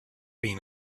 been